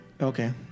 Okay